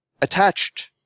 attached